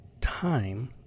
time